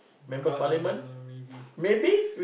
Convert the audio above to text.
god knows ah maybe